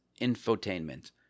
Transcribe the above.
infotainment